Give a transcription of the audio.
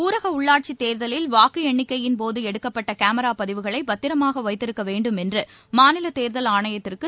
ஊரக உள்ளாட்சித் தேர்தலில் வாக்கு எண்ணிக்கையின்போது எடுக்கப்பட்ட கேமரா பதிவுகளை பத்திரமாக வைத்திருக்க வேண்டும் என்று மாநில தேர்தல் ஆணையத்திற்கு